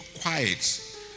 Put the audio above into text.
quiet